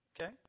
Okay